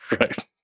Right